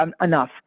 enough